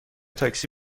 تاکسی